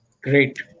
Great